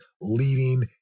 leading